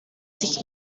sich